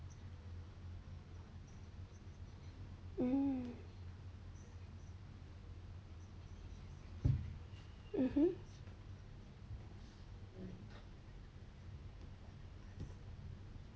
mm mmhmm